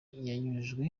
n’igitaramo